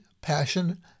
passion